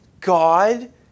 God